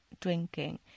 drinking